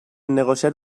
negociar